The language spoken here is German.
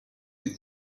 mit